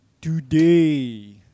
today